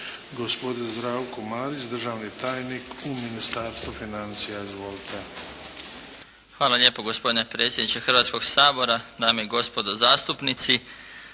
Gospodin Zdravko Marić, državni tajnik u Ministarstvu financija. Izvolite. **Marić, Zdravko** Hvala lijepo gospodine predsjedniče Hrvatskog sabora, dame i gospodo zastupnici.